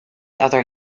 other